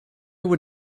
would